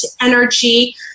energy